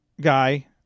guy